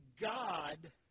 God